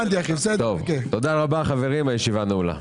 רבה, הישיבה נעולה.